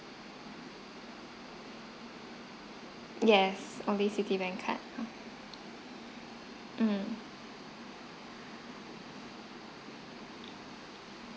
yes only citibank card um